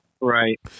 Right